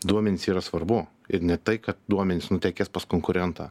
duomenys yra svarbu ir ne tai kad duomenys nutekės pas konkurentą